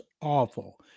awful